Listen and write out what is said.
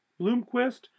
Bloomquist